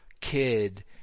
kid